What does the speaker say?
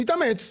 תתאמץ.